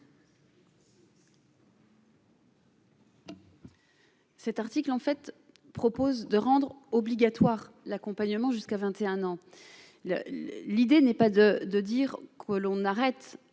Cet article, en fait, propose de rendre obligatoire l'accompagnement jusqu'à 21 ans, l'idée n'est pas de de dire que l'on arrête